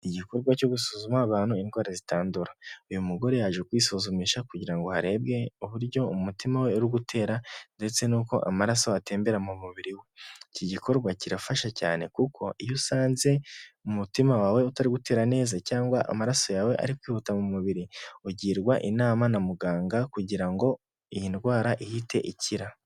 Igikorwa cyo gusuzuma abantu indwara zitandura, uyu mugore yaje kwiyisuzumisha kugira ngo harebwe uburyo umutima we uri gutera ndetse n'uko amaraso atembera mu mubiri, iki gikorwa kirafasha cyane kuko iyo usanze mu mutima wawe utari gutera neza cyangwa amaraso yawe ari kwihuta mu mubiri, ugirwa inama na muganga kugira ngo iyi ndwara ihite ikira.